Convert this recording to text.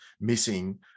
missing